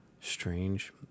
Strange